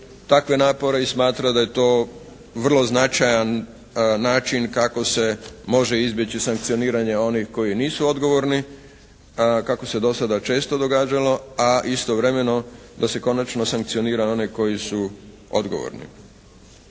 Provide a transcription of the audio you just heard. takve napore i smatra da je to vrlo značajan način kako se može izbjeći sankcioniranje onih koji nisu odgovorni kako se do sada često događalo, a istovremeno da se konačno sankcionira one koji su odgovorni.